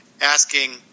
asking